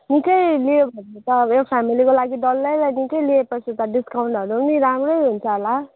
निकै लियो भने त उयो फेमिलीको लागि डल्लैलाई निकै लिएपछि त डिस्काउन्टहरू नि राम्रै हुन्छ होला